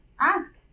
ask